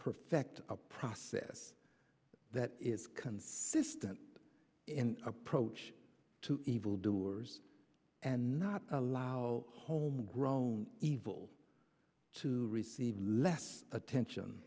perfect a process that is consistent in approach to evil doers and not allow homegrown evil to receive less attention